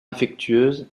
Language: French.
affectueuse